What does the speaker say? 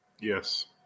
Yes